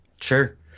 Sure